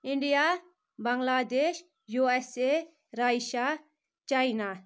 India Bangladesh USA Russia China